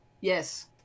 Yes